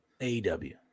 AEW